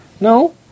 No